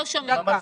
פתוחים.